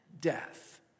death